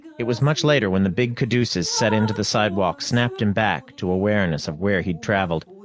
it was much later when the big caduceus set into the sidewalk snapped him back to awareness of where he'd traveled.